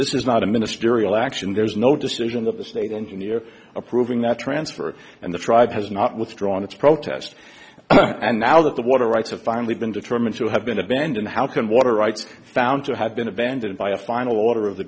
this is not a ministerial action there's no decision that the state engineer approving that transfer and the tribe has not withdrawn its protest and now that the water rights have finally been determined to have been abandoned how can water rights found to have been abandoned by a final order of the